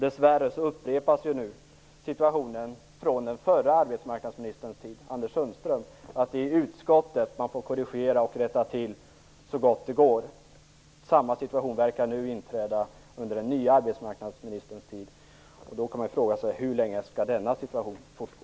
Dessvärre upprepas nu situationen från den förre arbetsmarknadsministern Anders Sundströms tid. Då var det nämligen i utskottet man fick korrigera och rätta till så gott det gick. Samma situation verkar nu inträda under den nya arbetsmarknadsministerns tid. Då kan man fråga sig hur länge denna situation skall fortgå.